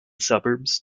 suburbs